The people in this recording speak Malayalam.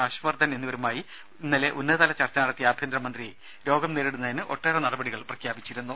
ഹർഷ് വർധൻ എന്നിവരുമായി ഇന്നലെ ഉന്നതതല ചർച്ച നടത്തിയ ആഭ്യന്തര മന്ത്രി രോഗം നേരിടുന്നതിന് ഒട്ടേറെ നടപടികൾ പ്രഖ്യാപിച്ചിരുന്നു